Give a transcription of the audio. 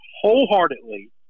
wholeheartedly